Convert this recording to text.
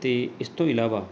ਅਤੇ ਇਸ ਤੋਂ ਇਲਾਵਾ